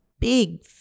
big